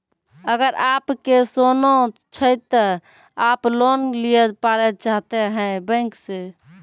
अगर आप के सोना छै ते आप लोन लिए पारे चाहते हैं बैंक से?